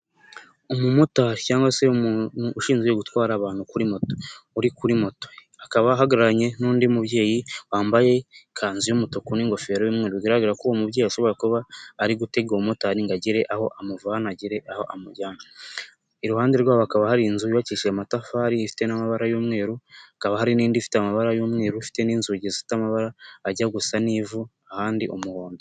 Umumotari cyangwa se ushinzwe gutwara abantu kuri moto, uri kuri moto akaba ahagararanye n'undi mubyeyi wambaye ikanzu y'umutuku n'ingofero y'umweru bigaragara ko uwo mubyeyi ashobora kuba ari gutega umumotari ngo agere aho amuvana, agire aho amujyana. Iruhande rwabo akaba hari inzu yubakishije amatafari afite amabara y'umweru hakaba hari n'indi ifite amabara y'umweru, ifite n'inzugi zifite amabara ajya gusa n'ivu ahandi umuhondo.